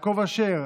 יעקב אשר,